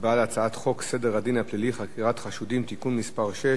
הצבעה על הצעת חוק סדר הדין הפלילי (חקירת חשודים) (תיקון מס' 6)